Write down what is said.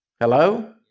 Hello